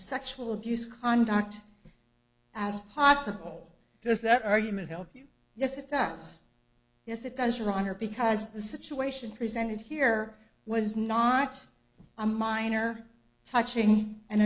sexual abuse conduct as possible because that argument yes it does yes it does your honor because the situation presented here was not a minor touching an